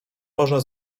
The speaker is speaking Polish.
można